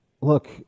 look